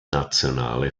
nationale